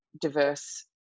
diverse